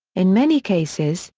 in many cases,